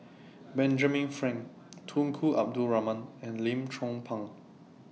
Benjamin Frank Tunku Abdul Rahman and Lim Chong Pang